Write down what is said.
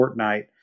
Fortnite